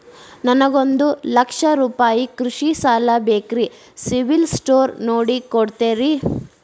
ನನಗೊಂದ ಲಕ್ಷ ರೂಪಾಯಿ ಕೃಷಿ ಸಾಲ ಬೇಕ್ರಿ ಸಿಬಿಲ್ ಸ್ಕೋರ್ ನೋಡಿ ಕೊಡ್ತೇರಿ?